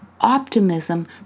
Optimism